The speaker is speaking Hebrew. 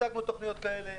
הצגנו תוכניות כאלה.